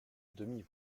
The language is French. demi